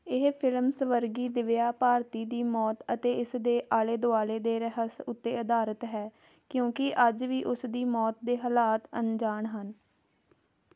ਇਹ ਫਿਲਮ ਸਵਰਗੀ ਦਿੱਵਿਆ ਭਾਰਤੀ ਦੀ ਮੌਤ ਅਤੇ ਇਸ ਦੇ ਆਲੇ ਦੁਆਲੇ ਦੇ ਰਹੱਸ ਉੱਤੇ ਅਧਾਰਤ ਹੈ ਕਿਉਂਕਿ ਅੱਜ ਵੀ ਉਸ ਦੀ ਮੌਤ ਦੇ ਹਾਲਾਤ ਅਣਜਾਣ ਹਨ